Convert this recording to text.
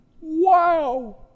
Wow